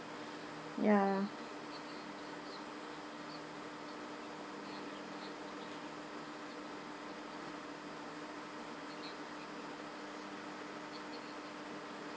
ya